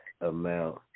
amount